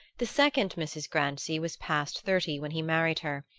the second mrs. grancy was past thirty when he married her,